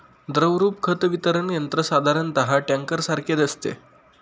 द्रवरूप खत वितरण यंत्र साधारणतः टँकरसारखे असते